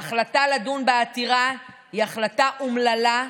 ההחלטה לדון בעתירה היא החלטה אומללה,